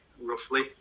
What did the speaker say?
roughly